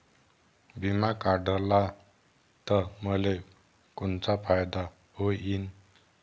बिमा काढला त मले कोनचा फायदा होईन?